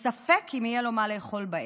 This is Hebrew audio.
וספק אם יהיה לו מה לאכול בערב.